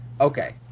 Okay